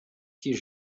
que